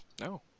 No